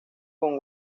con